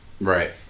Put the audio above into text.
Right